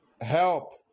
Help